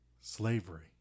Slavery